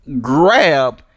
grab